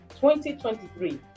2023